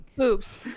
Oops